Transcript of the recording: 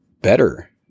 better